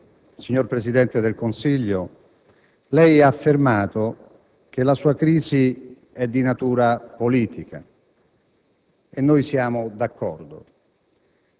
finestra") *(UDC)*. Signor Presidente del Consiglio, lei ha affermato che la sua crisi è di natura politica